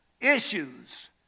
issues